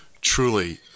truly